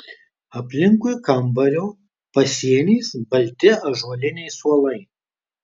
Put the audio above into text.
aplinkui kambario pasieniais balti ąžuoliniai suolai